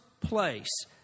place